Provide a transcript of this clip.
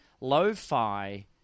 lo-fi